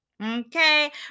Okay